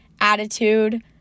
attitude